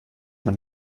man